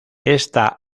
esta